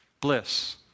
Bliss